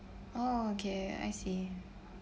oh okay I see